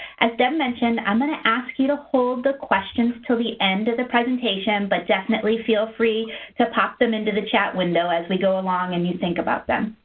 as deb mentioned, i'm going to ask you to hold the questions till the end of the presentation, but definitely feel free to pop them into the chat window as we go along and you think about them.